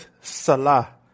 Salah